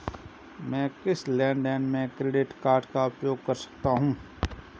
मैं किस लेनदेन में क्रेडिट कार्ड का उपयोग कर सकता हूं?